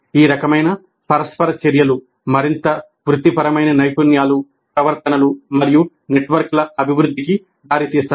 ఈ రకమైన పరస్పర చర్యలు మరింత వృత్తిపరమైన నైపుణ్యాలు ప్రవర్తనలు మరియు నెట్వర్క్ల అభివృద్ధికి దారితీస్తాయి